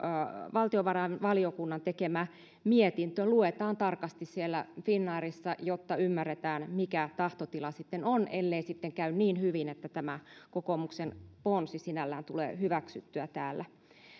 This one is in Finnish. valtiovarainvaliokunnan tekemä mietintö luetaan tarkasti siellä finnairissa jotta ymmärretään mikä tahtotila sitten on ellei sitten käy niin hyvin että tämä kokoomuksen ponsi sinällään tulee hyväksyttyä täällä